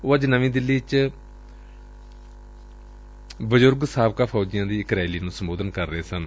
ਉਹ ਅੱਜ ਨਵੀਂ ਦਿੱਲੀ ਚ ਸਾਬਕਾ ਫੌਜੀਆਂ ਦੀ ਇਕ ਰੈਲੀ ਨੂੰ ਸੰਬੋਧਨ ਕਰ ਰਹੇ ਸਨ